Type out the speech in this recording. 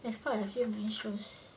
as long as few issues